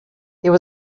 there